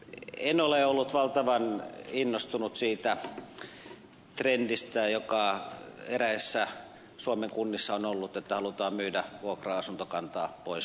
en ole ollut valtavan innostunut siitä trendistä joka eräissä suomen kunnissa on ollut että halutaan myydä vuokra asuntokantaa pois